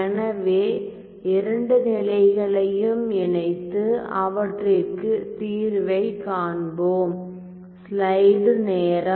எனவே இரண்டு நிலைகளையும் இணைத்து அவற்றிற்க்கு தீர்வைக் காண்போம்